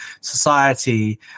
society